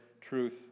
truth